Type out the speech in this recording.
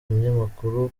umunyamakuru